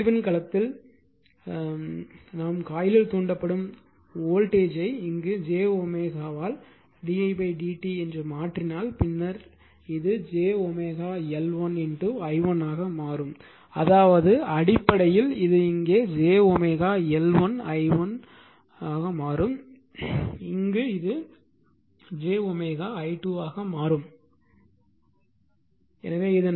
எனவே அதிர்வெண் களத்தில் நாம் காயிலில் தூண்டப்படும் வோல்டேஜ் யை இங்கு jw ஆல் d dt மாற்றினால் பின்னர் இது Jw L1 i1 ஆக மாறும் அதாவது அடிப்படையில் இது இங்கே Jw L1 i1 ஆக மாறும் மேலும் இது j wM i2 ஆக மாறும்